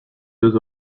deux